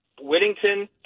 Whittington